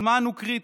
הזמן הוא קריטי.